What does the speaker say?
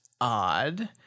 odd